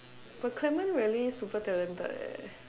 but clement really super talented eh